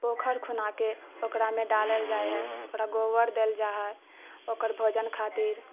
पोखर खुनाके ओकरामे डालल जाइ हैय ओकरा गोबर देल जाइ हैय ओकर भोजन खातिर